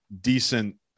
decent